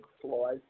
flaws